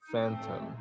Phantom